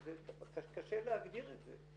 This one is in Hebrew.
קצת קשה להגדיר את זה.